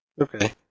Okay